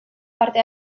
parte